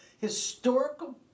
historical